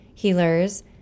Healers